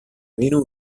meno